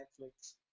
Netflix